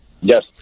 yes